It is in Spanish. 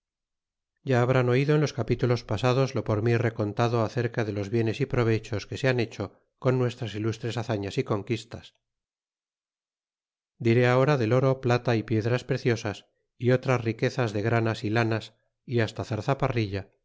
ya habrán oido en los capítulos pasados lo por mi recontado acerca de los bienes y provechos que se han hecho con nuestras ilustres hazañas y conquistas diré ahora del oro plata y piedras preciosas y otras riquezas de granas dianas y hasta